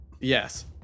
yes